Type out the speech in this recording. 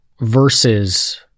versus